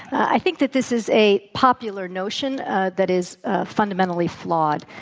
i think that this is a popular notion ah that is ah fundamentally flawed.